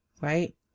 right